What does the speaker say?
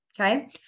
okay